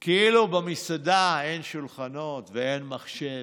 כאילו במסעדה אין שולחנות ואין מחשב